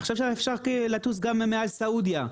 עכשיו אפשר לטוס גם מעל סעודיה.